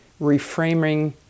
reframing